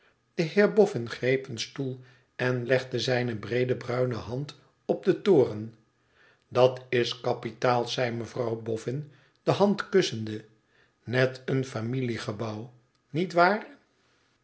de heer boffin greep een stoel en legde zijne breede bruine hand op den toren dat is kapitaal zei mevrouw boffin de hand kussende net een familiegebouw niet waar